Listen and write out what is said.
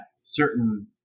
certain